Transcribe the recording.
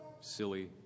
silly